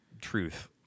truth